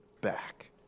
back